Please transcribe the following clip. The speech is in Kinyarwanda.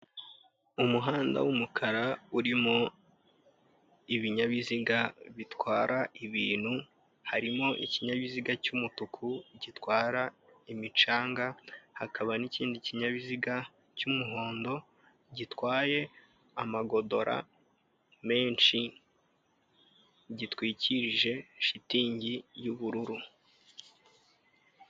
Umuhanda w'umukara uririmo ibinyabiziga bitwara ibintu, harimo ikinyabiziga cy'umutuku gitwara imicanga, hakaba n'ikindi kinyabiziga cy'umuhondo gitwaye amagodora menshi, gitwikirije shitingi y'ubururu.